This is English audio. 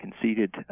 conceded